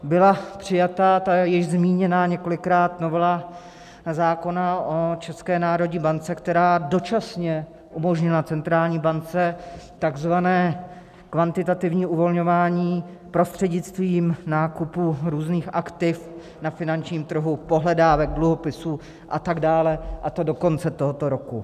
Byla přijata již několikrát zmíněná novela zákona o České národní bance, která dočasně umožnila centrální bance takzvané kvantitativní uvolňování prostřednictvím nákupů různých aktiv na finančním trhu pohledávek, dluhopisů a tak dále, a to do konce tohoto roku.